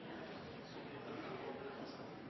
dem få